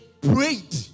prayed